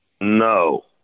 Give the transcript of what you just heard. No